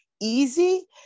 easy